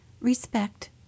Respect